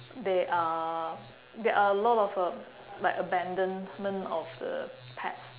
there are there are a lot of uh like abandonment of the pets